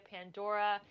Pandora